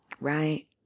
Right